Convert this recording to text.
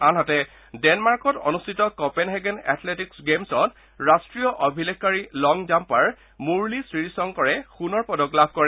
আনহাতে ডেনমাৰ্কত অনুষ্ঠিত কপেনহেগেন এথলেটিকছ গেমছ্ত ৰাষ্ট্ৰীয় অভিলেখকাৰী লং জাম্পাৰ মুৰলী শ্ৰীশংকৰে সোণৰ পদক লাভ কৰে